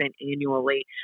annually